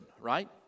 right